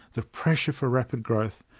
the pressure for rapid growth,